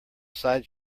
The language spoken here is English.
side